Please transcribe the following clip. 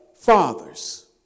fathers